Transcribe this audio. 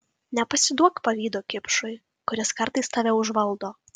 nepasiduok pavydo kipšui kuris kartais tave užvaldo